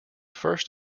first